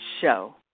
show